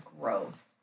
growth